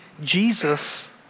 Jesus